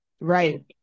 Right